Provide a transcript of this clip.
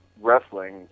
wrestling